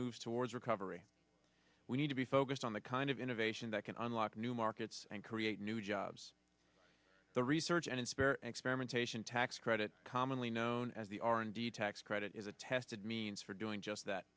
moves towards recovery we need to be focused on the kind of innovation that can unlock new markets and create new jobs the research and inspire experimentation tax credit commonly known as the r and d tax credit is a tested means for doing just that